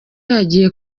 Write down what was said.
hagiye